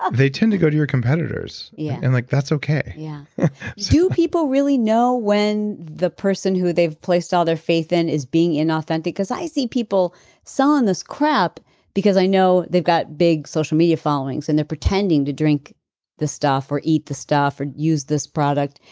ah they tend to go to your competitors yeah and like that's okay yeah do people really know when the person who they've placed all their faith in is being inauthentic? because i see people selling this crap because i know they've got big social media followings and they're pretending to drink the stuff or eat the stuff or use this product,